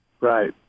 Right